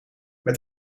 met